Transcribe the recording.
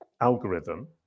algorithm